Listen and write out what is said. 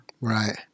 Right